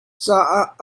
caah